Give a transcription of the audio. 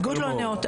על התנהגות לא נאותה.